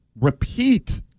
repeat